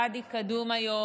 ואדי קדום היום,